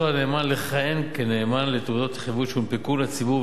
לנאמן לכהן כנאמן לתעודות התחייבות שהונפקו לציבור,